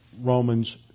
Romans